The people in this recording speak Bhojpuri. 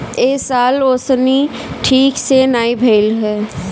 ए साल ओंसउनी ठीक से नाइ भइल हअ